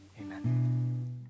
amen